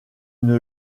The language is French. une